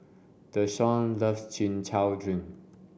Deshawn loves Chin Chow Drink